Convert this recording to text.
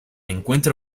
encuentra